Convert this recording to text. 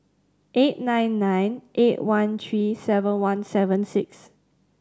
eight nine nine eight one three seven one seven six